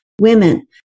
women